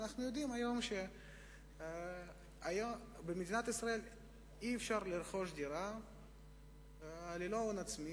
אנו יודעים שהיום במדינת ישראל אי-אפשר לרכוש דירה ללא הון עצמי.